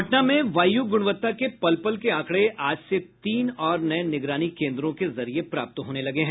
पटना में वायु गुणवत्ता के पल पल के आंकड़ें आज से तीन और नये निगरानी केन्द्रों के जरिये प्राप्त होने लगे हैं